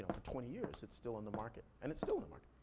for twenty years, it's still on the market. and it's still on but